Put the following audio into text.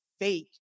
fake